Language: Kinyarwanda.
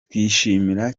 twishimira